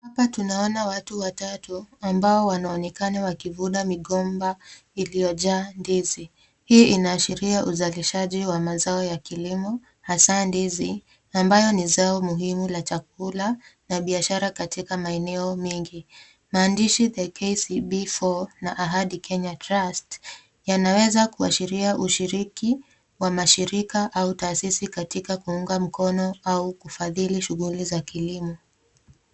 Hapa tunaona watu watatu ambao wanaonekana wakivuna migomba iliyojaa ndizi. Hii inaashiria uzalishaji wa mazao ya kilimo, hasa ndizi, ambayo ni zao muhimu la chakula na biashara katika maeneo mengi. Maandishi The KCB4 na Ahadi Kenya Trust yanaweza kuashiria ushiriki wa mashirika au taasisi katika kuunga mkono au kufadhili shughuli za kilimo.